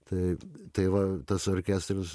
tai tai va tas orkestras